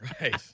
Right